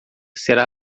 será